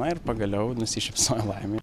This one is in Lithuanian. na ir pagaliau nusišypsojo laimė